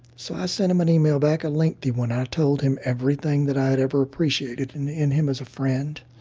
so i sent him an email back, a lengthy one. i told him everything that i had ever appreciated in in him as a friend.